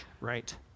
Right